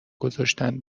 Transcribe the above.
گذاشتن